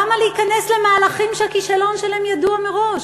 למה להיכנס למהלכים שהכישלון שלהם ידוע מראש?